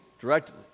directly